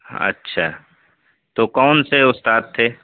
اچھا تو کون سے استاد تھے